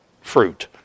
fruit